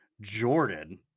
Jordan